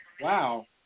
Wow